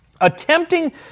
Attempting